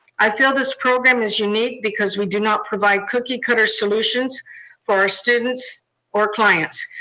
i feel this program is unique, because we do not provide cookie-cutter solutions for our students or clients.